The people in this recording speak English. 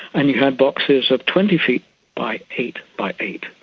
and you had boxes of twenty feet by eight by eight.